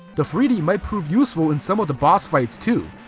the three d might prove useful in some of the boss fights too.